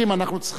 אנחנו צריכים,